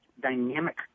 dynamic